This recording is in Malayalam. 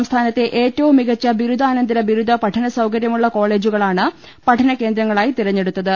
സംസ്ഥാനത്തെ ഏറ്റവും മികച്ച ബിരുദാനന്തര ബിരുദ പഠന സൌകര്യമുളള കോളെജുക ളാണ് പഠന കേന്ദ്രങ്ങളായി തിരഞ്ഞെടുത്തത്